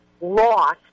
lost